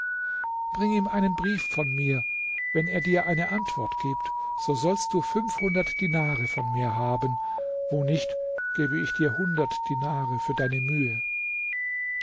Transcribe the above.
bring ihm einen brief von mir wenn er dir eine antwort gibt so sollst du fünfhundert dinare von mir haben wo nicht gebe ich dir hundert dinare für deine mühe